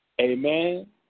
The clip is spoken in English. Amen